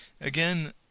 Again